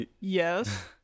Yes